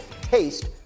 taste